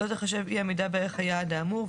לא תחשב אי עמידה בערך היעד האמור,